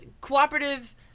cooperative